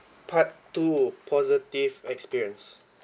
part two positive experience